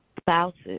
spouses